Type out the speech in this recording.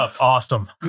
Awesome